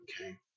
okay